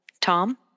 Tom